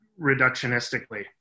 reductionistically